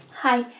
Hi